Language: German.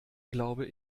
glaube